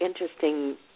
interesting